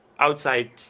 outside